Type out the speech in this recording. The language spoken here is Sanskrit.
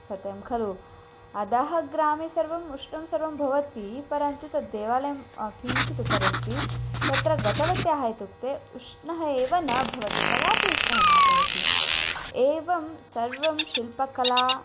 सत्यं खलु अधः ग्रामे सर्वम् उष्णं सर्वं भवति परन्तु तद्देवालयः किञ्चित् उपरि अस्ति तत्र गतवत्यः इत्युक्ते उष्णः एव न भवति कदापि उष्णः न भवति एवं सर्वं शिल्पकला